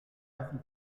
έχουν